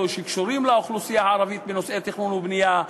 שקשורים לאוכלוסייה הערבית בנושאי תכנון ובנייה,